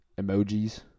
emojis